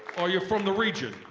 are you from the region?